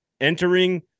entering